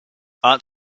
art